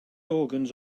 organs